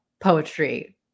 poetry